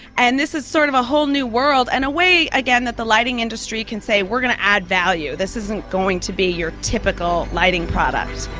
and this is sort of a whole new world and a way, again, that the lighting industry can say we're going to add value, this isn't going to be your typical lighting product.